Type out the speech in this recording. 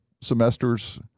semesters